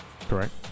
Correct